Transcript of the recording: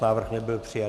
Návrh nebyl přijat.